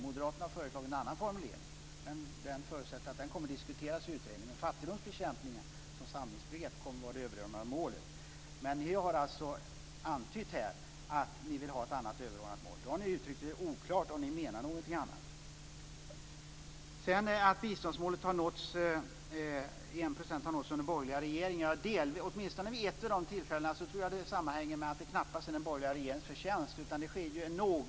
Moderaterna har föreslagit en annan formulering som jag förutsätter kommer att diskuteras i utredningen. Fattigdomsbekämpningen som samlingsbegrepp kommer i alla fall att vara det överordnade målet. Ni har här antytt att ni vill ha ett annat överordnat mål. Om ni menar någonting annat har ni uttryckt er oklart. När det gäller detta med att enprocentsmålet för biståndet har nåtts under borgerliga regeringar kan jag säga att det vid åtminstone ett av de tillfällena knappast var den borgerliga regeringens förtjänst.